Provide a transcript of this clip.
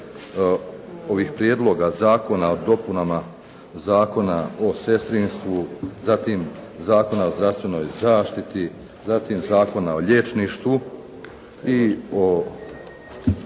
ovih prijedloga zakona o dopunama Zakona o sestrinstvu, zatim Zakona o zdravstvenoj zaštiti, zatim Zakona o liječništvu i o